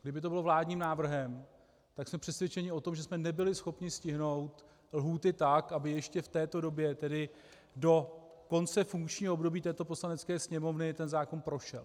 Kdyby to bylo vládním návrhem, tak jsme přesvědčeni o tom, že jsme nebyli schopni stihnout lhůty tak, aby ještě v této době, tedy do konce funkčního období této Poslanecké sněmovny, ten zákon prošel.